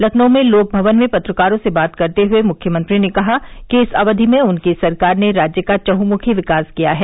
लखनऊ में लोकभवन में पत्रकारों से बात करते हए मुख्यमंत्री ने कहा कि इस अवधि में उनकी सरकार ने राज्य का चहुमुखी विकास किया है